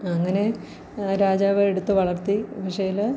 അങ്ങനെ രാജാവ് എടുത്ത് വളർത്തി പക്ഷേ